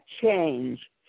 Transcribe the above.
change